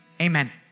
amen